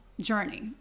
journey